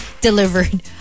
delivered